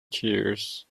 tears